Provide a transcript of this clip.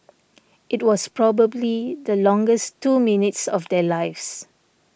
it was probably the longest two minutes of their lives